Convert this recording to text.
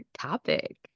topic